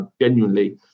genuinely